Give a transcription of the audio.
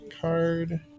card